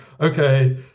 okay